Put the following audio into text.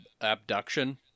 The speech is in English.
abduction